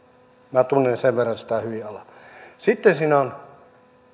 minä tunnen sen verran hyvin sitä alaa sitten siinä on